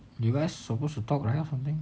you guys supposed to talk right or something